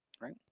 Right